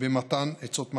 במתן עצות מהיציע.